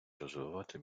розвивати